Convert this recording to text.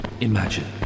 imagine